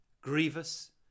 grievous